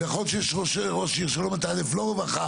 ויכול להיות שיש ראש עיר שלא מתעדף לא רווחה